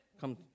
Come